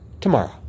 tomorrow